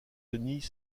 denis